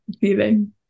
feeling